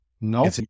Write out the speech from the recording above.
no